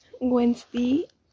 Wednesday